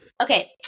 okay